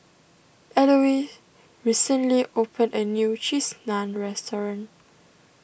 Elouise recently opened a new Cheese Naan restaurant